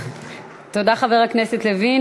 תודה, חבר הכנסת לוין.